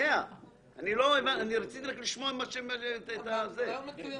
רעיון מצוין.